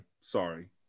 Sorry